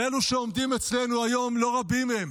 ואלו שעומדים אצלנו היום, לא רבים הם,